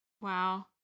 Wow